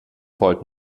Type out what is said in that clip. volt